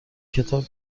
کتاب